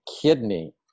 kidney